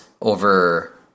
over